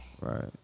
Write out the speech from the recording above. Right